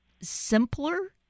simpler